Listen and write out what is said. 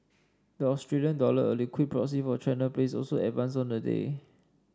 the Australia dollar a liquid proxy for China plays also advanced on the day